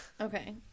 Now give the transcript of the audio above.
Okay